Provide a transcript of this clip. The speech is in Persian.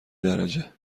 درجه